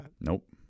Nope